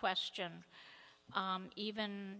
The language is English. question even